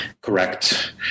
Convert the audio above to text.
correct